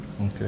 okay